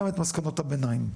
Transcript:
גם את מסקנות הביניים.